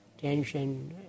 tension